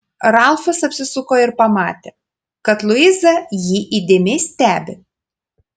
ralfas apsisuko ir pamatė kad luiza jį įdėmiai stebi